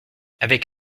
avec